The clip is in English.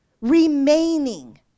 Remaining